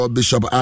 Bishop